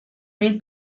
mil